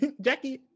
Jackie